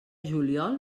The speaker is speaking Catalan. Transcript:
juliol